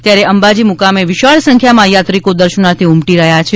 ત્યારે અંબાજી મૂકામે વિશાળ સંખ્યામાં થાત્રિકો દર્શનાર્થે ઉમટી રહ્યા છે